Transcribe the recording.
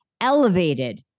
Elevated